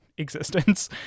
existence